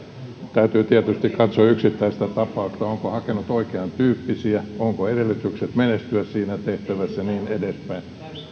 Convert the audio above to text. täytyy tietysti katsoa yksittäistä tapausta onko hakenut oikeantyyppisiä töitä onko edellytykset menestyä siinä tehtävässä ja niin edespäin